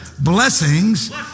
Blessings